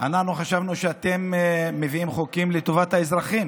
אנחנו חשבנו שאתם מביאים חוקים לטובת האזרחים,